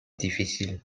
difficiles